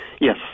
Yes